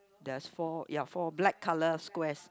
there's four ya four black colour squares